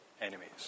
enemies